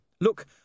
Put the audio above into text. Look